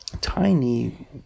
Tiny